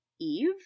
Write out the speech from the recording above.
Eve